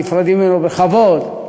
נפרדים ממנו בכבוד,